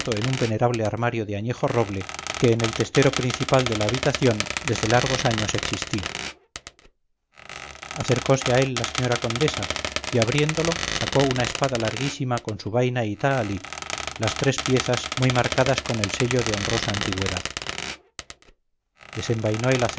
en un venerable armario de añejo roble que en el testero principal de la habitación desde largos años existía acercose a él la señora condesa y abriéndolo sacó una espada larguísima con su vaina y tahalí las tres piezas muy marcadas con el sello de honrosa antigüedad desenvainó